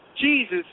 Jesus